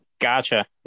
Gotcha